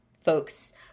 folks